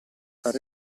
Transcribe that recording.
far